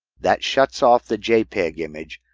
that shuts off the jpeg image,